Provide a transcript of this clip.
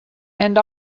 and